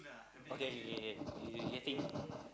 okay ya ya ya you can think